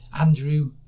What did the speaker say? Andrew